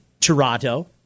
Toronto